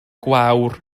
gwawr